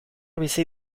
bizi